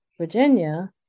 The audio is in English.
Virginia